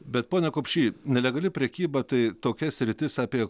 bet pone kopšy nelegali prekyba tai tokia sritis apie